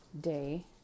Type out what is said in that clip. day